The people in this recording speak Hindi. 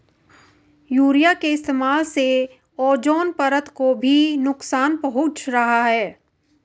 यूरिया के इस्तेमाल से ओजोन परत को भी नुकसान पहुंच रहा है